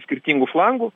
skirtingų flangų